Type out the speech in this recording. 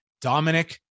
Dominic